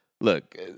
look